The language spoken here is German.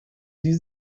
sie